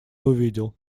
увидел